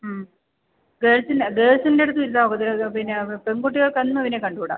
ഉം ഗേള്സിൻ്റെ ഗേള്സിൻ്റെ അടുത്തും ഇരുത്താനൊക്കത്തില്ല പെണ്കുട്ടികള്ക്കൊന്നും ഇവനെ കണ്ടുകൂടാ